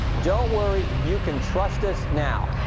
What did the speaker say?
don't worry, you can trust us now.